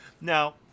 Now